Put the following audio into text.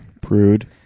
prude